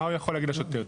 מה הוא יכול להגיד לשוטר?